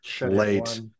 late